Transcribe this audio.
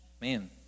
Man